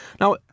Now